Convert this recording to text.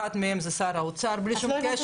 אחד מהם זה שר האוצר בלי שום קשר.